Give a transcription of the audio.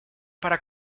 para